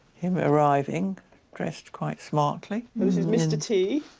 him arriving dressed quite smartly. this is mr t.